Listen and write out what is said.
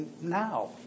now